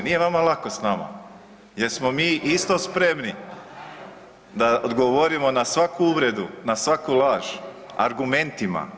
Nije vama lako s nama, jer smo mi isto spremni da odgovorimo na svaku uvredu, na svaku laž argumentima.